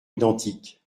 identiques